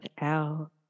out